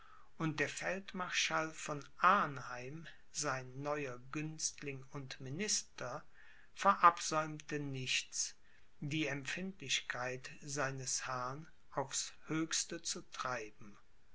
und der feldmarschall von arnheim sein neuer günstling und minister verabsäumte nichts die empfindlichkeit seines herrn aufs höchste zu treiben